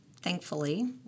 thankfully